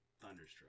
Thunderstruck